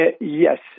Yes